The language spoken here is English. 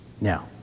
Now